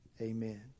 Amen